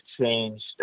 changed